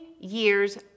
years